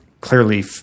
clearly